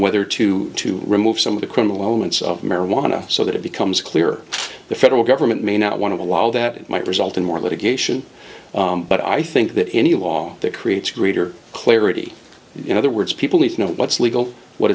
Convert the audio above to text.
whether to remove some of the criminal elements of marijuana so that it becomes clear the federal government may not want to allow that it might result in more litigation but i think that any law that creates greater clarity in other words people need to know what is legal what